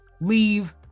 leave